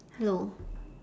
hello